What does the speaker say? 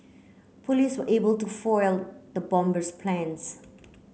police were able to foil the bomber's plans